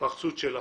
ההתפרצות שלכם,